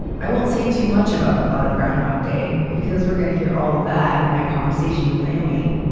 i won't say too much about the plot of groundhog day, because we're gonna hear all of that in my conversation with naomi,